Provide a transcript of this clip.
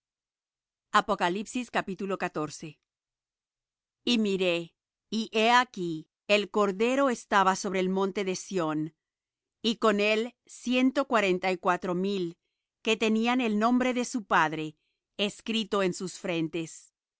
y seis y miré y he aquí el cordero estaba sobre el monte de sión y con él ciento cuarenta y cuatro mil que tenían el nombre de su padre escrito en sus frentes